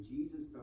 Jesus